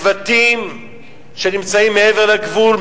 יש שבטים שנמצאים מעבר לגבול,